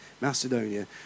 Macedonia